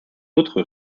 autre